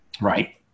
Right